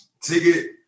Ticket